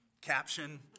caption